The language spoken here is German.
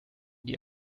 die